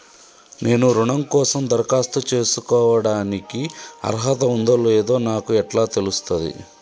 నేను రుణం కోసం దరఖాస్తు చేసుకోవడానికి అర్హత ఉందో లేదో నాకు ఎట్లా తెలుస్తది?